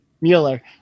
Mueller